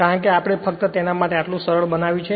કારણ કે આપણે ફક્ત તેના માટે આટલું સરળ બનાવ્યું છે